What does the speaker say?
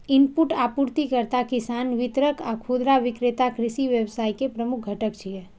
input आपूर्तिकर्ता, किसान, वितरक आ खुदरा विक्रेता कृषि व्यवसाय के प्रमुख घटक छियै